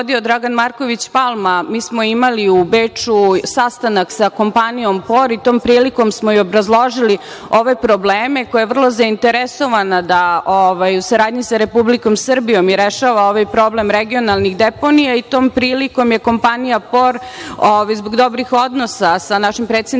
Dragan Marković Palma, mi smo imali u Beču sastanak sa kompanijom „Por“ i tom prilikom smo i obrazložili ove probleme koja je vrlo zainteresovana da u saradnji sa Republikom Srbijom rešava ovaj problem regionalnih deponija i tom prilikom je kompanija „Por“ zbog dobrih odnosa sa našim predsednikom